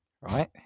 right